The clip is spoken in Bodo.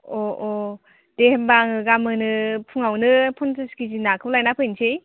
अ अ दे होमब्ला आङो गामोनो फुङावनो पन्सास केजि नाखौ लायना फैसै